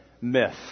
myth